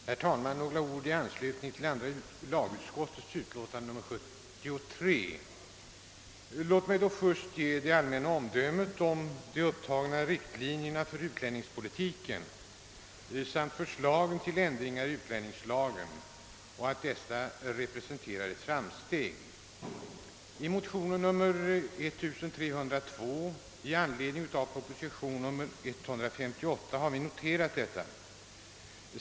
Herr talman! Jag vill säga några ord i anslutning till andra lagutskottets utlåtande nr 73 och börjar med att ge det allmänna omdömet om de uppdragna riktlinjerna för utlänningspolitiken och förslagen till ändringar i utlänningslagen att dessa representerar ett framsteg. I motionen II: 1302, som väckts i anledning av proposition nr 158, har vi noterat detta.